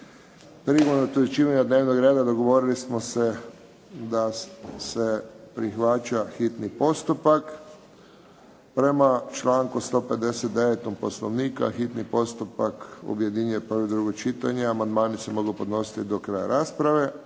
Prilikom utvrđivanja dnevnog reda dogovorili smo se da se prihvaća hitni postupak. Prema članku 159. Poslovnika hitni postupak objedinjuje prvo i drugo čitanje. Amandmani se mogu podnositi do kraja rasprave.